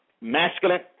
masculine